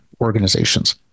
organizations